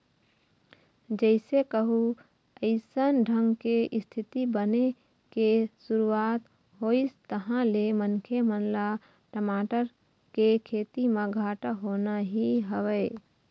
जइसे कहूँ अइसन ढंग के इस्थिति बने के शुरुवात होइस तहाँ ले मनखे मन ल टमाटर के खेती म घाटा होना ही हवय